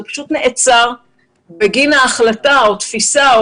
זה פשוט נעצר בגין ההחלטה או התפיסה או